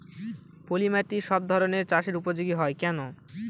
পলিমাটি সব ধরনের চাষের উপযোগী হয় কেন?